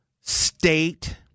state